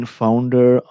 founder